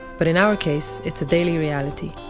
but in our case, it's a daily reality.